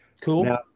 cool